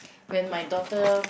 when my daughter